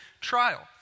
trial